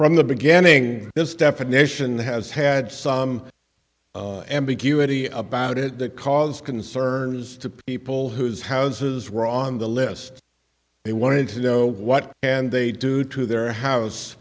from the beginning this definition has had some ambiguity about it cause concerns to people whose houses were on the list they wanted to know what and they do to their house